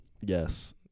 Yes